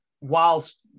whilst